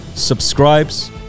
subscribes